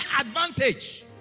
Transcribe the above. advantage